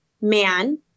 man